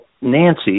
Nancy